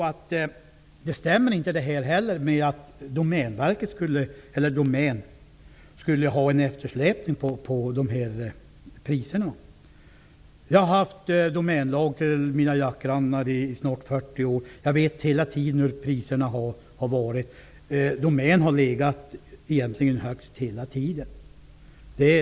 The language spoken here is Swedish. Att Domän skulle ha en eftersläpning vad gäller priserna stämmer inte. Jag har haft domänlag som jaktgrannar i snart 40 år, och jag har hela tiden vetat hur priserna har varit genom åren.